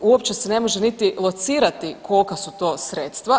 Uopće se ne može niti locirati kolika su to sredstva.